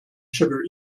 sugar